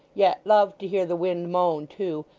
yet loved to hear the wind moan too,